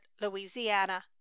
louisiana